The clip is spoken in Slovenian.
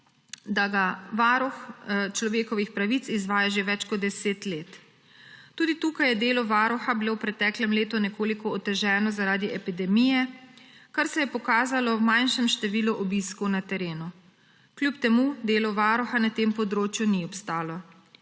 da ga Varuh človekovih pravic izvaja že več kot 10 let. Tudi tukaj je bilo delo Varuha v preteklem letu nekoliko oteženo zaradi epidemije, kar se je pokazalo v manjšem številu obiskov na terenu. Kljub temu delo Varuha na tem področju ni obstalo.